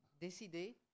décidé